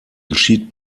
geschieht